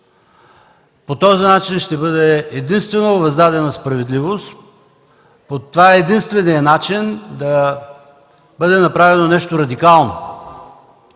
По този начин ще бъде въздадена единствено справедливост, това е единственият начин да бъде направено нещо радикално.